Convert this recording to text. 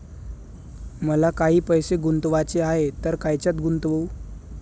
मले काही पैसे गुंतवाचे हाय तर कायच्यात गुंतवू?